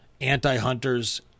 anti-hunters